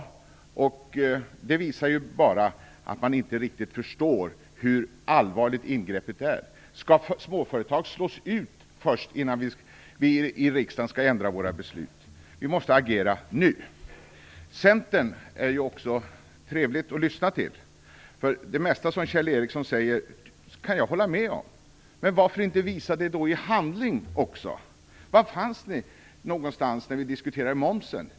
Det visar bara att man inte riktigt förstår hur allvarligt ingreppet är. Skall småföretag slås ut innan vi i riksdagen ändrar våra beslut? Vi måste agera nu! Centern är ju trevlig att lyssna till. Det mesta som Kjell Ericsson säger kan jag hålla med om. Men varför då inte också visa er inställning i handling? Var fanns ni någonstans när vi diskuterade momsen?